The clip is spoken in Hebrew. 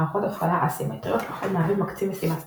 מערכות הפעלה אסימטריות – לכל מעבד מקצים משימה ספציפית.